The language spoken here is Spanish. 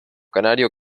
canario